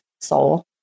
soul